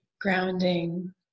grounding